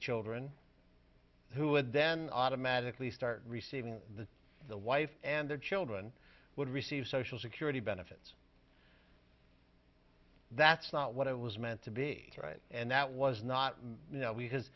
children who would then automatically start receiving that the wife and their children would receive social security benefits that's not what it was meant to be right and that was not